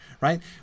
right